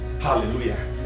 hallelujah